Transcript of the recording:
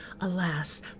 alas